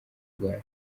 bwacyo